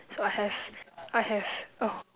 so I have I have oh